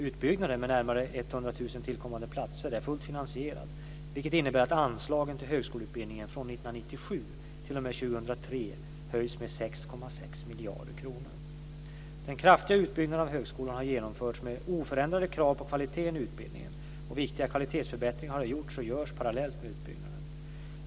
Utbyggnaden med närmare 100 000 tillkommande platser är fullt finansierad, vilket innebär att anslagen till högskoleutbildningen från 1997 t.o.m. Den kraftiga utbyggnaden av högskolan har genomförts med oförändrade krav på kvaliteten i utbildningen, och viktiga kvalitetsförbättringar har gjorts och görs parallellt med utbyggnaden.